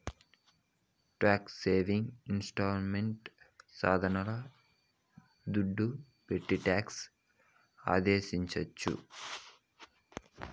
tax saving investment సాధనాల దుడ్డు పెట్టి టాక్స్ ఆదాసేయొచ్చు